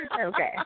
Okay